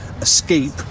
escape